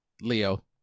Leo